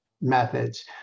methods